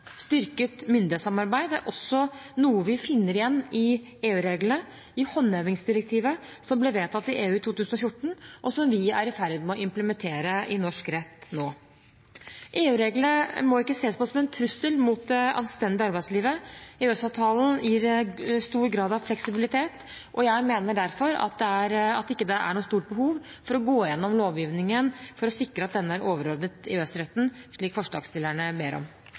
Styrket myndighetssamarbeid er også noe vi finner igjen i EU-reglene – i håndhevingsdirektivet, som ble vedtatt i EU i 2014, og som vi er i ferd med å implementere i norsk rett nå. EU-reglene må ikke ses på som en trussel mot det anstendige arbeidslivet. EØS-avtalen gir stor grad av fleksibilitet, og jeg mener derfor at det ikke er noe stort behov for å gå gjennom lovgivningen for å sikre at denne er overordnet EØS-retten, slik forslagsstillerne ber om.